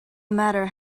matter